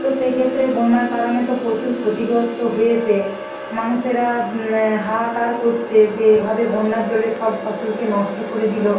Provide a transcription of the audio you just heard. তো সেই ক্ষেত্রে বন্যার কারণে তো প্রচুর ক্ষতিগস্ত হয়েছে মানুষেরা হাহাকার করছে যে এভাবে বন্যা জলে সব ফসলকে নষ্ট করে দিলো